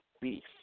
beef